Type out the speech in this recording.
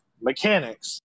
mechanics